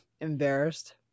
Embarrassed